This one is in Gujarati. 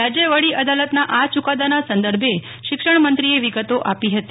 રાજ્ય વડી અદાલતના આ યુકાદાના સંદર્ભે શિક્ષણમંત્રીએ વિગતો આપી હતી